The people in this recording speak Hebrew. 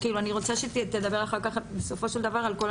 אני רוצה שנדבר אחר כך בסופו של דבר על הנושא.